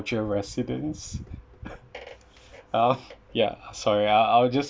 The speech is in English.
culture residents uh ya sorry I'll I'll just